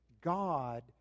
God